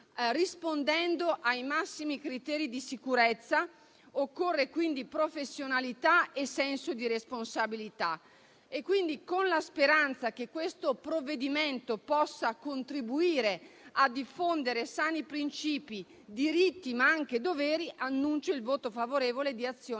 rispondendo ai massimi criteri di sicurezza, per cui occorrono professionalità e senso di responsabilità. Con la speranza che questo provvedimento possa contribuire a diffondere sani princìpi, diritti ma anche doveri, annuncio il voto favorevole di